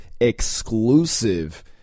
exclusive